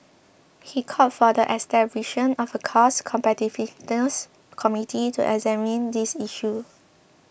he called for the establishing of a cost competitiveness committee to examine these issues